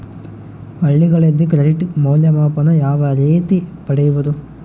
ಹಳ್ಳಿಗಳಲ್ಲಿ ಕ್ರೆಡಿಟ್ ಮೌಲ್ಯಮಾಪನ ಯಾವ ರೇತಿ ಪಡೆಯುವುದು?